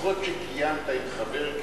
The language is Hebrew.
שיחות שקיימת עם חבר כנסת,